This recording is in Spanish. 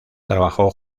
trabajo